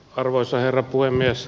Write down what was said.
arvoisa herra puhemies